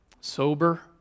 sober